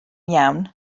iawn